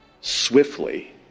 Swiftly